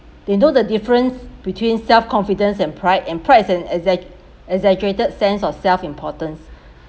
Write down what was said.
they know the difference between self confidence and pride and pride as an exa~ exaggerated sense of self importance